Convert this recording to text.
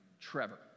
Trevor